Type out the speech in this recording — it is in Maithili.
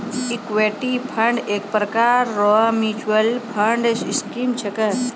इक्विटी फंड एक प्रकार रो मिच्युअल फंड स्कीम छिकै